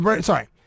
Sorry